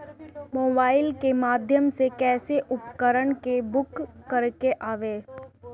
Mobile के माध्यम से कैसे उपकरण के बुक करेके बा?